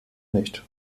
nicht